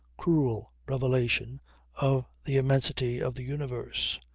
cruel revelation of the immensity of the universe.